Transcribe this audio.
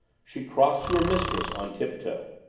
she crossed to her mistress on tiptoe.